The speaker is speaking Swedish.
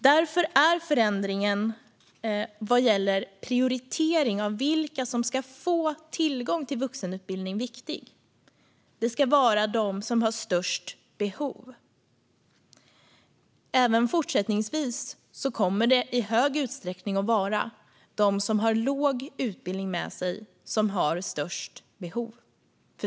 Därför är förändringen vad gäller prioritering av vilka som ska få tillgång till vuxenutbildning viktig. Det ska vara de som har störst behov. Även fortsättningsvis kommer det i stor utsträckning att vara de som har låg utbildning med sig som har störst behov.